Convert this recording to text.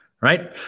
Right